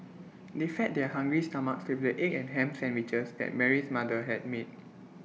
they fed their hungry stomachs with the egg and Ham Sandwiches that Mary's mother had made